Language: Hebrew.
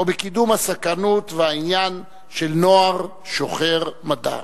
או בקידום הסקרנות והעניין של נער שוחר מדע.